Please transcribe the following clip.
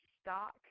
stock